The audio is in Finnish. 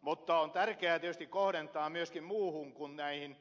mutta on tärkeää tietysti kohdentaa myöskin muuhun kuin näihin